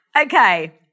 Okay